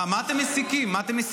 מה אתם מסיקים?